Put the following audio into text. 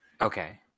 Okay